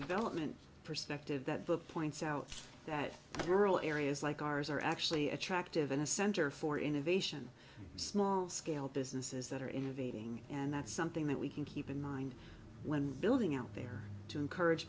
development perspective that book points out that rural areas like ours are actually attractive in a center for innovation small scale businesses that are innovating and that's something that we can keep in mind when building out there to encourage